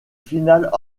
finales